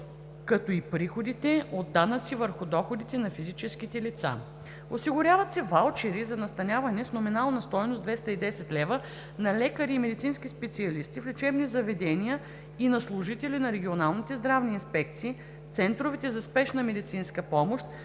както и приходите от данъци върху доходите на физическите лица. Осигуряват се ваучери за настаняване с номинална стойност 210 лв. на лекари и медицински специалисти в лечебните заведения, и на служители на регионалните здравни инспекции, центровете за спешна медицинска помощ,